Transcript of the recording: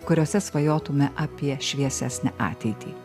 kuriose svajotume apie šviesesnę ateitį